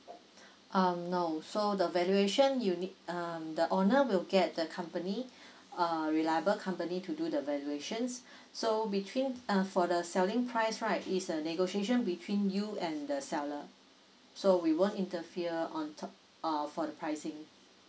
um no so the valuation you need um the owner will get the company uh reliable company to do the valuations so between uh for the selling price right is a negotiation between you and the seller so we won't interfere on top uh for the pricing